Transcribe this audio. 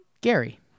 Gary